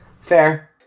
Fair